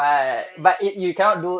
yes